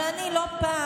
אבל אני לא פעם